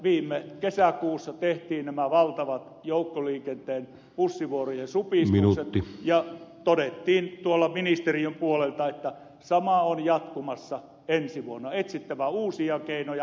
viime kesäkuussa tehtiin nämä valtavat joukkoliikenteen bussivuorojen supistukset ja todettiin tuolta ministeriön puolelta että sama on jatkumassa ensi vuonna on etsittävä uusia keinoja